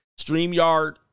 Streamyard